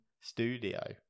studio